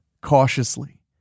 cautiously